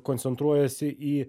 koncentruojasi į